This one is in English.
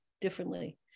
differently